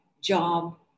job